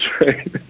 right